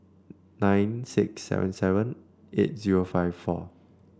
nine six seven seven eight zero five four